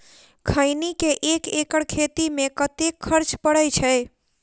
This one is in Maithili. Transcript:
खैनी केँ एक एकड़ खेती मे कतेक खर्च परै छैय?